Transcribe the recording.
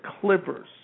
Clippers